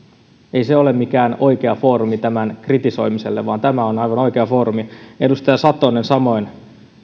ei se ole mikään oikea foorumi tämän kritisoimiselle vaan tämä on aivan oikea foorumi edustaja satonen samoin